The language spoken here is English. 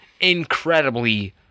incredibly